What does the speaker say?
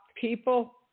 people